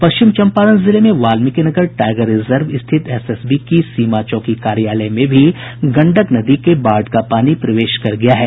पश्चिम चम्पारण जिले में Valmikinagar tiger reserve स्थित एसएसबी की सीमा चौकी कार्यालय में भी गंडक नदी के बाढ़ का पानी प्रवेश कर गया है